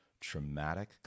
traumatic